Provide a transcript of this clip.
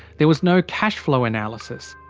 there was no cash flow analysis.